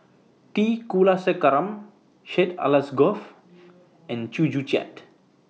T Kulasekaram Syed Alsagoff and Chew Joo Chiat